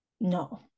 no